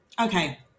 Okay